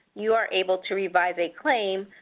you are able to revise a claim,